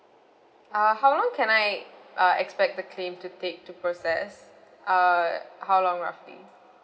uh how long can I uh expect the claim to take to process uh how long roughly